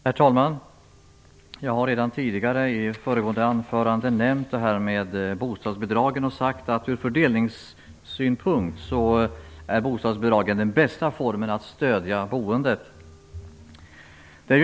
Herr talman! Jag har redan tidigare i föregående anförande nämnt bostadsbidragen och sagt att det ur fördelningssynpunkt är den bästa formen för att stödja boendet.